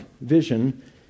vision